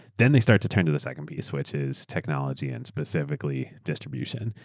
then they start to turn to the second piece, which is technology and specifically distribution.